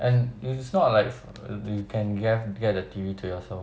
and if it's not like you ge~ get the T_V to yourself